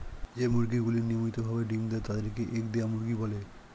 যেই মুরগিগুলি নিয়মিত ভাবে ডিম্ দেয় তাদের কে এগ দেওয়া মুরগি বলে